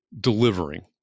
delivering